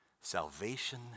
salvation